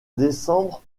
décembre